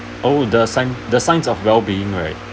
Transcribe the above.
oh the sign the signs of well being right